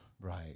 right